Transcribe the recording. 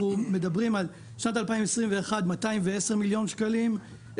אנחנו מדברים על שנת 2021 עם 210 מיליון שקלים,